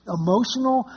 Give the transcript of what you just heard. emotional